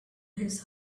his